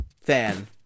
fan